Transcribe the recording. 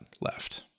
left